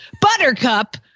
Buttercup